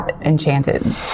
enchanted